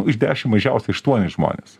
nu iš dešim mažiausiai aštuoni žmonės